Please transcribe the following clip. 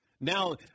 Now